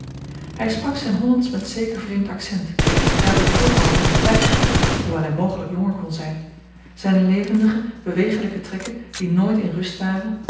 hij sprak zijn hollandsch met zeker vreemd accent hij had het voorkomen van een vijftiger hoewel hij mogelijk jonger kon zijn zijne levendige bewegelijke trekken die nooit in rust waren